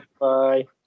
Bye